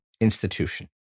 institution